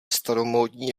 staromódní